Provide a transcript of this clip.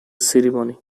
ceremony